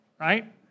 right